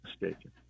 mistaken